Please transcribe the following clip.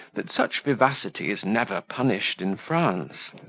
that such vivacity is never punished in france.